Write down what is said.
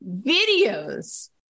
videos